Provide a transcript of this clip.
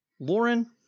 Lauren